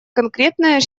конкретные